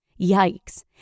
Yikes